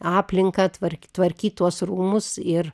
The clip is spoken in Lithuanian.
aplinką tvark tvarkyt tuos rūmus ir